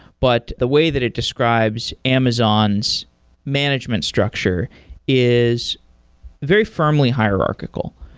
but the way that it describes amazon's management structure is very firmly hierarchical,